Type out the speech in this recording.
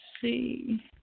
see